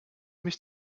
mich